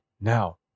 Now